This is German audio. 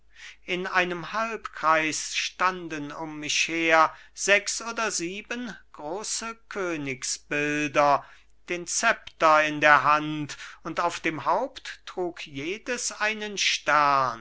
in einem halbkreis standen um mich her sechs oder sieben große königsbilder den szepter in der hand und auf dem haupt trug jedes einen stern